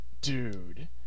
Dude